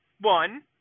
one